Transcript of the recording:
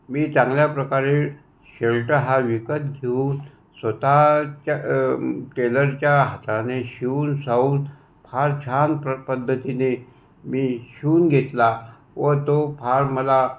मी चांगल्या प्रकारे शर्ट हा विकत घेऊन स्वतःच्या टेलरच्या हाताने शिवून सावुन फार छान प्र पद्धतीने मी शिवून घेतला व तो फार मला